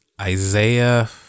Isaiah